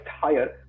higher